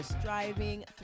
striving